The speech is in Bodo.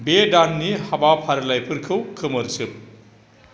बे दाननि हाबाफारिलाइफोरखौ खोमोरजोब